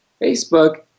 Facebook